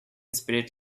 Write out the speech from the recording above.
spirit